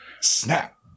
Snap